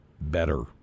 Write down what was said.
better